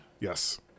Yes